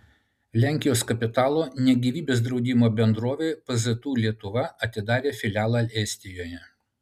lenkijos kapitalo ne gyvybės draudimo bendrovė pzu lietuva atidarė filialą estijoje